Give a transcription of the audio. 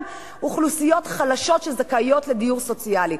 אוכלוסיות חלשות שזכאיות לדיור סוציאלי.